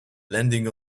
landing